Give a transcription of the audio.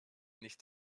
nicht